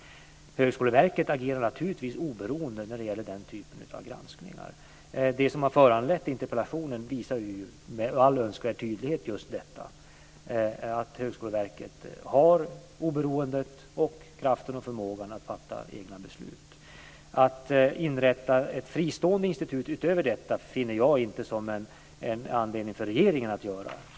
Högskoleverket agerar naturligtvis oberoende när det gäller den typen av granskning. Det som har föranlett interpellationen visar med all önskvärd tydlighet just att Högskoleverket har oberoendet, kraften och förmågan att fatta egna beslut. Att inrätta ett fristående institut utöver detta finner jag inte anledning för regeringen att göra.